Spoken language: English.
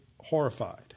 horrified